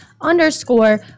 Underscore